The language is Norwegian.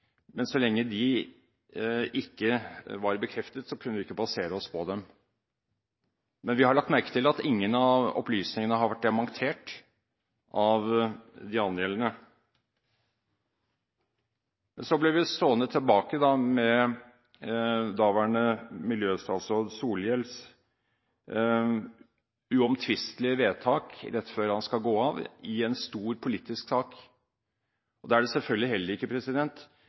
Men så lenge de ikke var bekreftet, kunne vi ikke basere oss på dem. Men vi har lagt merke til at ingen av opplysningene har vært dementert av de angjeldende. Vi ble stående tilbake med daværende miljøstatsråd Solhjells uomtvistelige vedtak, rett før han skulle gå av, i en stor politisk sak. Da er det selvfølgelig heller ikke